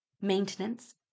maintenance